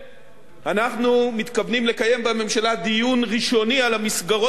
אנחנו מתכוונים לקיים בממשלה דיון ראשוני על מסגרות התקציב,